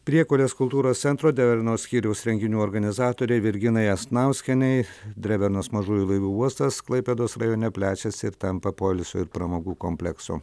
priekulės kultūros centro drevernos skyriaus renginių organizatorei virginai asnauskienei drevernos mažųjų laivų uostas klaipėdos rajone plečiasi ir tampa poilsio ir pramogų kompleksu